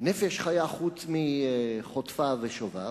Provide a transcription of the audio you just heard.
נפש חיה חוץ מחוטפיו ושוביו,